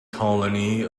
colony